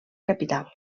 capital